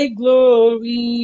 glory